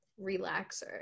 relaxer